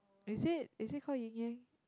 is it is it called yin yang